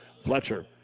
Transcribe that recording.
Fletcher